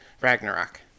Ragnarok